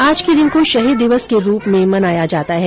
आज के दिन को शहीद दिवस के रूप में मनाया जाता है